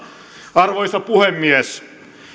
arvoisa puhemies